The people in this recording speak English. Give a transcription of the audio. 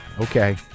Okay